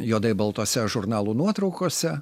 juodai baltose žurnalų nuotraukose